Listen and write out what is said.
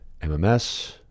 MMS